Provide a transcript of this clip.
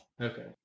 Okay